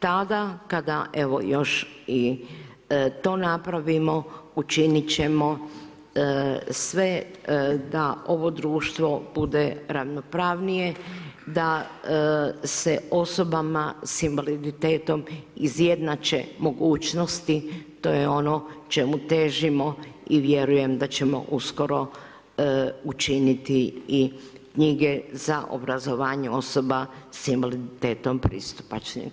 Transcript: Tada kada evo još i to napravimo učiniti ćemo sve da ovo društvo ravnopravnije, da se osobama sa invaliditetom izjednače mogućnosti, to je ono čemu težimo i vjerujem da ćemo uskoro učiniti i knjige za obrazovanje osoba sa invaliditetom pristupačnim.